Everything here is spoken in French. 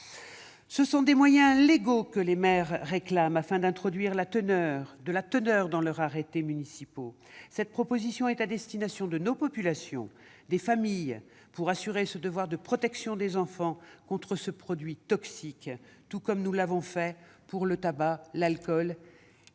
Ce sont des moyens légaux que les maires réclament, afin d'introduire de la teneur dans leurs arrêtés municipaux. Cette proposition de loi est à destination de nos populations, des familles, pour assurer ce devoir de protection des enfants contre ce produit toxique, tout comme nous l'avons fait pour le tabac, l'alcool,